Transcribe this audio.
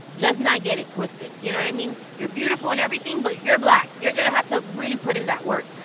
let's not get it twisted, you know what i mean? you're beautiful and everything, but you're black. you're going to have to really put in that work.